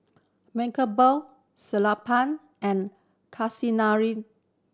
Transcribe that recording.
Mankombu Sellapan and